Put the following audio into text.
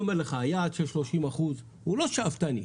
היעד של 30 אחוזים הוא לא שאפתני.